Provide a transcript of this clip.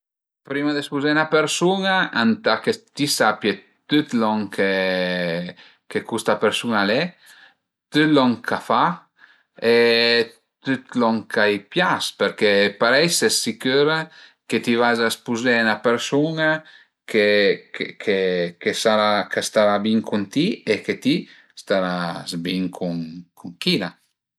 Prima dë spuzé 'na persun-a ëntà che ti sapie tüt lon che custa persun-a al e, tüt lon ch'a fa e tüt lon ch'a i pias perché parei ses sicür che ti vade a spuzé 'na persun-a che che sarà starà bin cun ti e che ti staras bin cun chila